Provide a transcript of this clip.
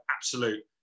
absolute